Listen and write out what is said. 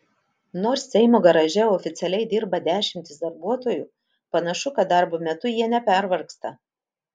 nors seimo garaže oficialiai dirba dešimtys darbuotojų panašu kad darbo metu jie nepervargsta